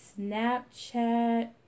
Snapchat